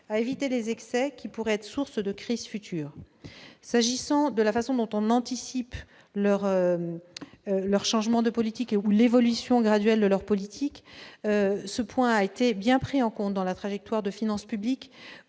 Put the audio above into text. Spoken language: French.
à éviter des excès qui pourraient être source de crises futures. S'agissant de la façon dont nous anticipons leurs changements de politique ou l'évolution graduelle de leur politique, ce point a bien été pris en compte dans la trajectoire des finances publiques.